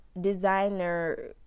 designer